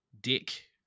dick